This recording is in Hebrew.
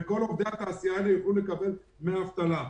וכל עובדי התעשייה יוכלו לקבל דמי אבטלה.